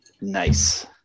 nice